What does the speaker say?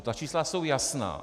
Ta čísla jsou jasná.